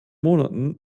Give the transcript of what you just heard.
monaten